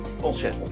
bullshit